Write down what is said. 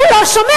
הוא לא שומע,